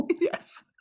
yes